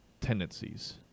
tendencies